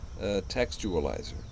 textualizer